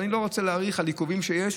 אבל אני לא רוצה להאריך על עיכובים שיש.